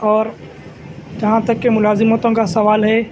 اور جہاں تک کہ ملازمتوں کا سوال ہے